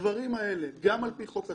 הדברים האלה, גם על פי חוק הספורט,